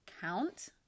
count